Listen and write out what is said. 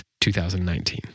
2019